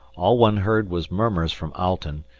all one heard was murmurs from alten,